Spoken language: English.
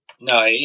No